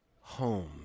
home